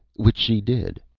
which she did.